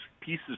pieces